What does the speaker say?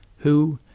who,